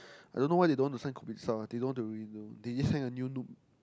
I don't know why they don't want sign they don't wanna renew they just sign a new noob